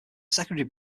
secondary